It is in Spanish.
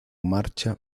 marcha